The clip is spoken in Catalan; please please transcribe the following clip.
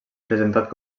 presentat